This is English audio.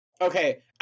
Okay